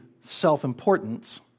self-importance